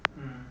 mm